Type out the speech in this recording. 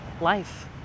life